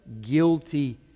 guilty